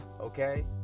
Okay